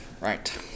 right